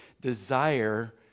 desire